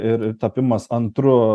ir tapimas antru